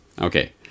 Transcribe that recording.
Okay